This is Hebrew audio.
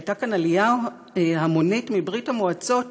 כשהייתה כאן עלייה המונית מברית המועצות,